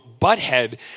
butthead